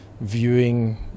viewing